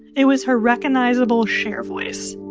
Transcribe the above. it was her recognizable cher voice